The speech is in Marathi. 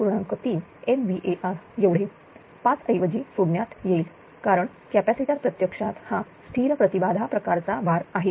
3 MVAr एवढे 5 ऐवजीसोडण्यात येईल कारण कॅपॅसिटर प्रत्यक्षात हा स्थिर प्रति बाधा प्रकारचा भार आहे